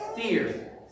fear